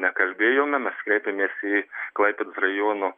nekalbėjome mes kreipėmės į klaipėdos rajono